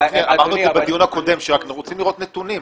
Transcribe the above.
אמרנו בדיון הקודם שאנחנו רוצים לראות נתונים.